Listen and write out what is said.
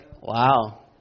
Wow